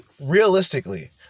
realistically